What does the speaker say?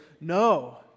no